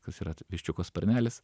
kas yra viščiuko sparnelis